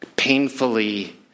painfully